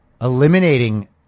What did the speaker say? eliminating